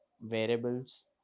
Variables